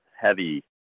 heavy